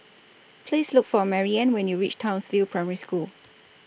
Please Look For Maryanne when YOU REACH Townsville Primary School